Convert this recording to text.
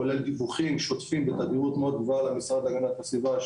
כולל דיווחים שוטפים בתדירות מאוד גבוהה למשרד להגנת הסביבה,